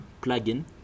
plug-in